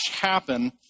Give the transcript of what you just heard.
happen